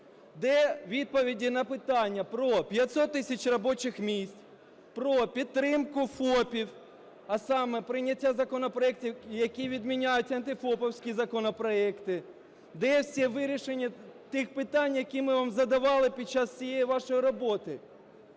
Де відповіді на питання про 500 тисяч робочих місць, про підтримку ФОПів, а саме прийняття законопроектів, які відміняють антифопівські законопроекти? Де всі вирішення тих питань, які ми вам задавали під час цієї вашої роботи?